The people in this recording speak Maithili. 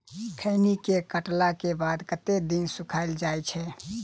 खैनी केँ काटला केँ बाद कतेक दिन सुखाइल जाय छैय?